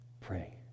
pray